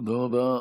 תודה רבה.